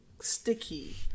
sticky